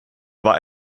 war